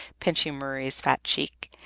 pinching marie's fat cheek,